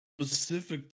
specific